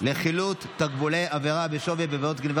לחילוט תקבולי עבירה בשווי בעבירת גנבה